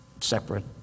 separate